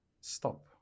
stop